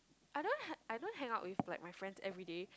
I don't ha~ I don't hang out with like my friends everyday